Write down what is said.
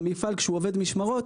כשהמפעל עובד משמרות,